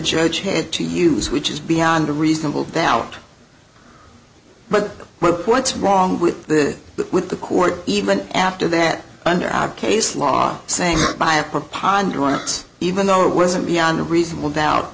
church has to use which is beyond a reasonable doubt but what's wrong with that with the court even after that under our case law saying by a preponderance even though it wasn't beyond a reasonable doubt